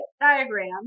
diagram